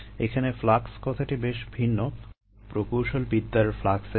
এখানে ফ্লাক্স কথাটি বেশ ভিন্ন প্রকৌশলবিদ্যার ফ্লাক্স এর থেকে